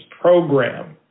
program